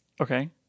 Okay